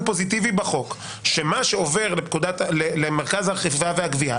פוזיטיבי בחוק שמה שעובר למרכז האכיפה והגבייה,